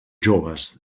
joves